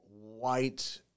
white